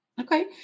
Okay